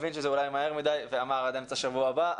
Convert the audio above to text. הוא הבין שזה אולי מהר מידי ואמר עד אמצע שבוע הבא.